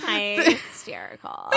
Hysterical